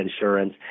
insurance